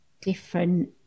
different